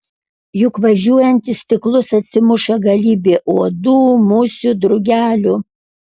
juk važiuojant į stiklus atsimuša galybė uodų musių drugelių